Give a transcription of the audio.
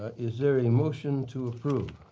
is there a motion to approve?